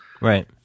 Right